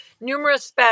numerous